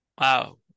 wow